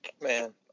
Man